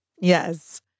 Yes